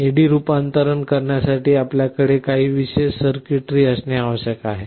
AD रूपांतरण करण्यासाठी आपल्याकडे काही विशेष सर्किटरी असणे आवश्यक आहे